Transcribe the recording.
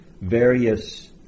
various